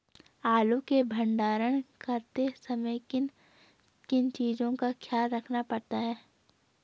आलू के भंडारण करते समय किन किन चीज़ों का ख्याल रखना पड़ता है?